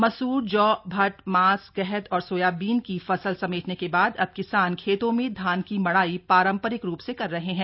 मसूर जौ भट मास गहत और सोयाबीन की फसल समेटने के बाद अब किसान खेतों में धान की मड़ाई पारंपरिक रूप से कर रहे हैं